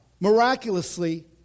miraculously